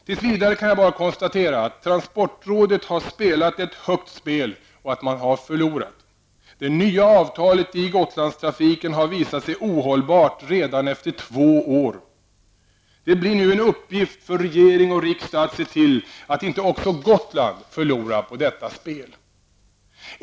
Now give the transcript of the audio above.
Tills vidare kan jag bara konstatera att transportrådet har spelat ett högt spel och att man har förlorat. Det nya avtalet i Gotlandstrafiken har visat sig ohållbart redan efter två år. Det blir nu en uppgift för regering och riksdag att se till att inte också Gotland förlorar på detta spel.